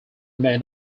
may